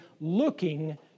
looking